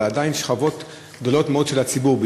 עדיין שכבות גדולות מאוד של הציבור,